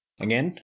Again